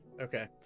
okay